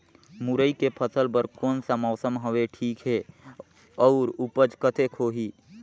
मुरई के फसल बर कोन सा मौसम हवे ठीक हे अउर ऊपज कतेक होही?